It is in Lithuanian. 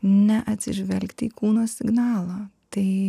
neatsižvelgti į kūno signalą tai